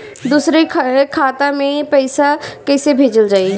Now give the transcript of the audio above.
दूसरे के खाता में पइसा केइसे भेजल जाइ?